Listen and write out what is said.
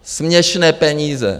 Směšné peníze.